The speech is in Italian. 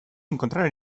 incontrare